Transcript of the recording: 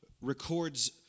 records